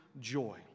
joy